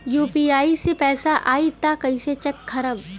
UPI से पैसा आई त कइसे चेक खरब?